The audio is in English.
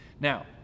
Now